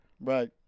Right